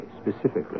specifically